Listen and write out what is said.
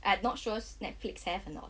I not sure netflix have or not